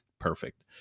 perfect